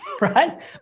right